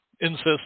insist